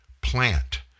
plant